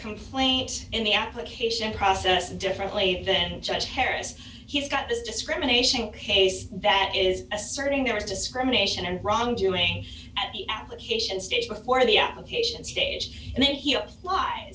complaint in the application process differently then judge harris he's got this discrimination case that is asserting there is discrimination and wrongdoing at the application stage before the application stage and then he